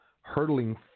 hurtling